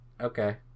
okay